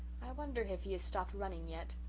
i wonder if he has stopped running yet.